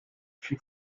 she